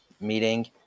meeting